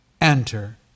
enter